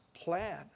plan